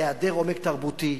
היעדר עומק תרבותי,